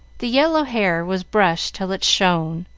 the yellow hair was brushed till it shone,